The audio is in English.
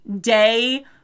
day